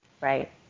Right